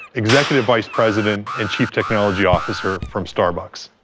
executive vice president and chief technology officer from starbucks.